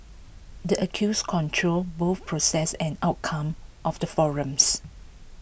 the accused controls both process and outcome of the forums